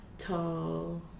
Tall